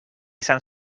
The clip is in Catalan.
sant